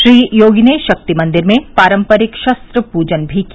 श्री योगी ने शक्ति मंदिर में पारम्परिक शस्त्र पूजन भी किया